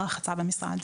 בבקשה.